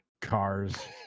cars